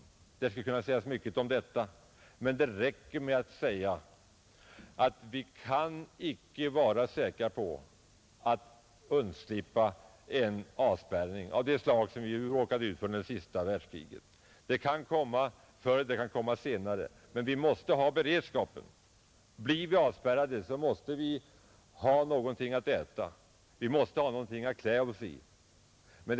Mycket skulle kunna sägas om detta, men det räcker med att framhålla att vi icke kan vara säkra på att undslippa en avspärrning av det slag som vi råkade ut för under senaste världskriget. En sådan kan komma förr och den kan komma senare, men vi måste ha beredskapen. Blir vi avspärrade måste vi ha någonting att äta, och vi måste ha någonting att klä oss med.